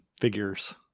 figures